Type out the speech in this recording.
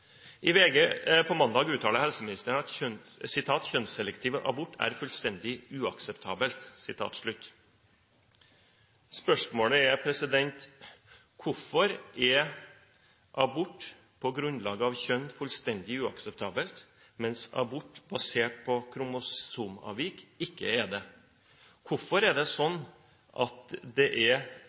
I VG på mandag uttalte helseministeren: «Kjønnsselektiv abort er fullstendig uakseptabelt.» Hvorfor er abort på grunnlag av kjønn fullstendig uakseptabelt, mens abort basert på kromosomavvik ikke er det? Hvorfor er det sånn at kjønnsselektiv abort er et uttrykk for diskriminering overfor den aktuelle gruppen, mens abort på fostre med Downs syndrom ikke er